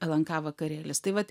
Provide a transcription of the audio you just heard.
lnk vakarėlis tai vat